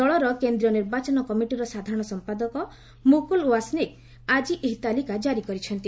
ଦଳର କେନ୍ଦ୍ରୀୟ ନିର୍ବାଚନ କମିଟିର ସାଧାରଣ ସମ୍ପାଦକ ମୁକୁଳ ୱାଶିନିକ ଆଜି ଏହି ତାଲିକା ଜାରି କରିଛନ୍ତି